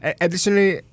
Additionally